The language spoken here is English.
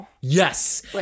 Yes